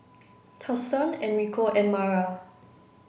Thurston Enrico and Mara